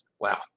Wow